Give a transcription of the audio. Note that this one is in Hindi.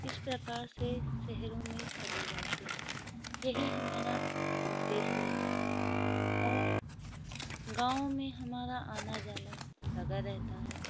इस प्रकार से शहरों में चले जाते हैं यही हमारा उद्देश्य रहता है और गाँव में हमारा आना जाना लगा रहता है